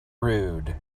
rude